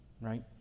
Right